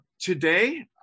Today